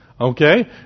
okay